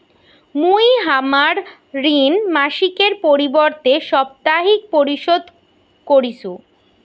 মুই হামার ঋণ মাসিকের পরিবর্তে সাপ্তাহিক পরিশোধ করিসু